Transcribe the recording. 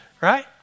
Right